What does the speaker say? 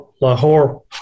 Lahore